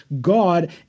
God